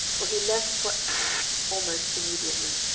for he left for s almost immediately.